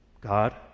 God